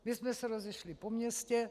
My jsme se rozešli po městě.